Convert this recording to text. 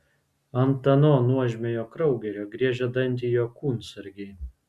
ant ano nuožmiojo kraugerio griežia dantį jo kūnsargiai